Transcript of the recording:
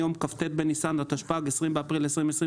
מיום כ"ט בניסן התשפ"ג (20 באפריל 2023),